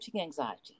anxiety